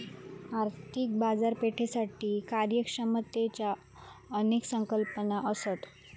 आर्थिक बाजारपेठेसाठी कार्यक्षमतेच्यो अनेक संकल्पना असत